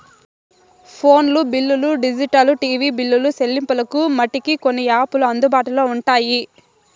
phone బిల్లులు digital TV బిల్లులు సెల్లింపులకు మటికి కొన్ని యాపులు అందుబాటులో ఉంటాయి